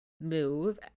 move